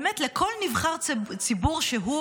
באמת לכל נבחר ציבור שהוא,